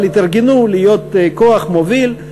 אבל התארגנו להיות כוח מוביל.